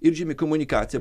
ir žymiai komunikacija